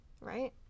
Right